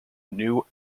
new